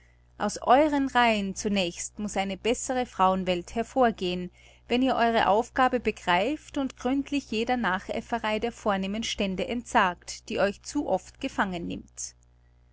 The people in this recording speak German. aus euren reihen zunächst muß eine bessere frauenwelt hervorgehen wenn ihr eure aufgabe begreift und gründlich jener nachäfferei der vornehmen stände entsagt die euch zu oft gefangen nimmt